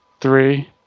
three